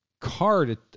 card